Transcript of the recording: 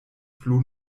plu